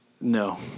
No